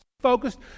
focused